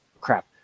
Crap